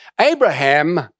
Abraham